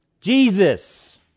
Jesus